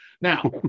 Now